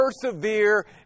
persevere